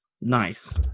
Nice